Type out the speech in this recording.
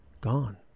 gone